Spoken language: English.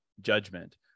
judgment